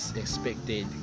expected